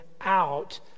out